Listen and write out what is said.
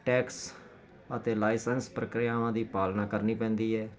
tax ਅਤੇ licence ਪ੍ਰਕਿਰਿਆਵਾਂ ਦੀ ਪਾਲਣਾ ਕਰਨੀ ਪੈਂਦੀ ਹੈ